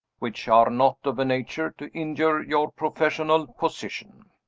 which are not of a nature to injure your professional position.